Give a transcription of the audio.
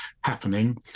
happening